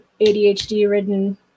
ADHD-ridden